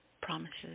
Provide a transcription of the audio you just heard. promises